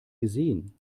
gesehen